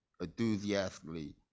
enthusiastically